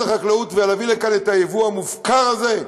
החקלאות ולהביא לכאן את היבוא המופקר הזה?